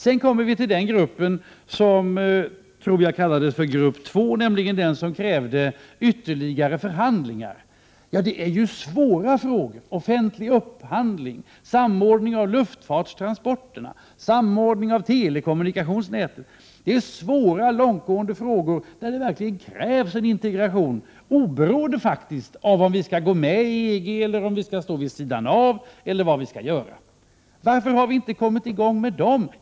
Sedan kommer vi till den grupp av ärenden som jag tror kallas grupp 2, där det krävs ytterligare förhandlingar. Det är svåra frågor: offentlig upphandling, samordning av luftfartstransporterna, samordning av telekommunikationsnätet. Det är svåra, långtgående frågor, där det verkligen krävs en integration, oberoende av om vi skall gå med i EG, om vi skall stå vid sidan av eller vad vi skall göra. Varför har vi inte kommit i gång med de frågorna?